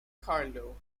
carlo